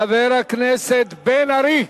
חבר הכנסת בן-ארי.